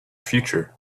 future